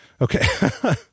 Okay